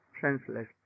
senseless